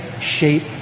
shape